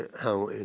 how and